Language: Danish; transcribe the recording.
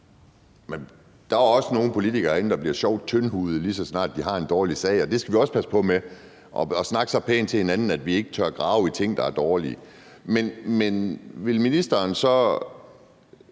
Der er også nogle politikere herinde, der bliver sjovt tyndhudede, lige så snart de har en dårlig sag. Så vi skal også passe på med at snakke så pænt til hinanden, at vi ikke tør grave i ting, der er dårlige. Når vi nu skal